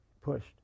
pushed